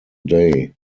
day